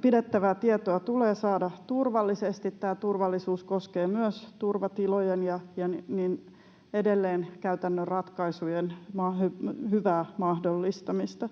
pidettävää tietoa tulee saada turvallisesti. Tämä turvallisuus koskee myös turvatilojen ja niin edelleen käytännön ratkaisujen hyvää mahdollistamista.